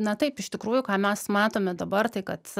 na taip iš tikrųjų ką mes matome dabar tai kad